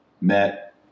met